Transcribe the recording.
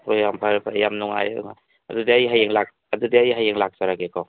ꯍꯣꯏ ꯌꯥꯝ ꯐꯔꯦ ꯐꯔꯦ ꯌꯥꯝ ꯅꯨꯡꯉꯥꯏꯔꯦ ꯅꯨꯡꯉꯥꯏꯔꯦ ꯑꯗꯨꯗꯤ ꯑꯩ ꯍꯌꯦꯡ ꯑꯩꯗꯨꯗꯤ ꯑꯩ ꯍꯌꯦꯡ ꯂꯥꯛꯆꯔꯒꯦꯀꯣ